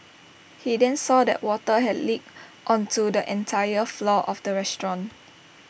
he then saw that water had leaked onto the entire floor of the restaurant